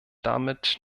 damit